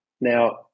Now